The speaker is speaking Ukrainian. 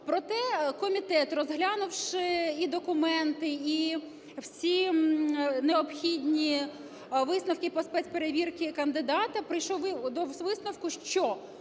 Проте комітет, розглянувши і документи, і всі необхідні висновки по спецперевірці кандидата, прийшов до висновку, що